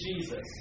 Jesus